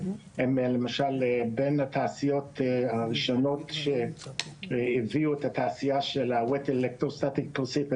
הם למשל בין התעשיות הראשונות שהביאו את התעשייה של ה --- לארץ,